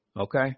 Okay